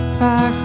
far